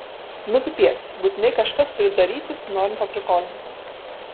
nu pipiec būtinai kažkas turi darytis norint paprikolinti